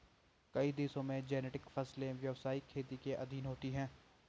कई देशों में जेनेटिक फसलें व्यवसायिक खेती के अधीन होती हैं